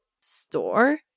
store